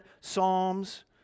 Psalms